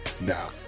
now